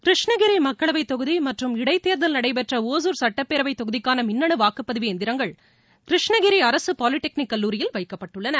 கிருஷ்ணகிரி மக்களவைத் தொகுதி மற்றும் இடைத்தேர்தல் நடைபெற்ற ஒசூர் சுட்டப் பேரவைத் தொகுதிக்கான மின்ன னு வாக்குப்பதிவு இயந்திங்கள் கிருஷ்ணகிரி அரசு பாலிடெக்னிக் கல்லூரியில் வைக்கப்பட்டுள்ளன